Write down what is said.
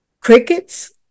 crickets